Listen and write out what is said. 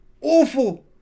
Awful